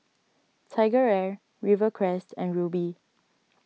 TigerAir Rivercrest and Rubi